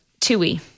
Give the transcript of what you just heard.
Tui